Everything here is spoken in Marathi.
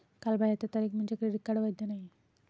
कालबाह्यता तारीख म्हणजे क्रेडिट कार्ड वैध नाही